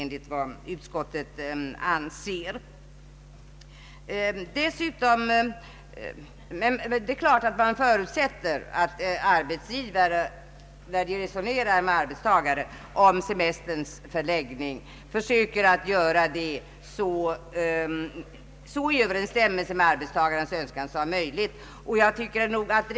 Givetvis förutsättes att arbetsgivare, när de diskuterar med arbetstagare om semesterns förläggning, så långt som möjligt försöker tillmötesgå arbetstagarens önskemål.